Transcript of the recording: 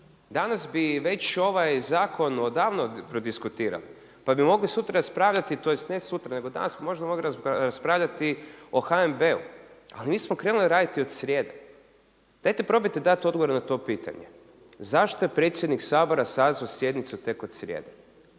Danas bi već ovaj zakon odavno prodiskutirali, pa bi mogli sutra raspravljati tj. ne sutra nego danas bi možda mogli raspravljati o HNB-u. ali mi smo krenuli raditi od srijede. Dajte probajte dati odgovor na to pitanje. Zašto je predsjednik Sabora sazvao sjednicu tek od srijede?